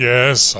Yes